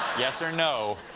yes or no.